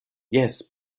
jes